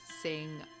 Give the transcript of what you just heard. sing